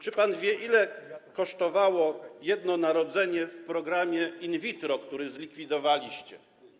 Czy pan wie, ile kosztowało jedno narodzenie w ramach programu in vitro, który zlikwidowaliście?